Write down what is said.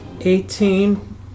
Eighteen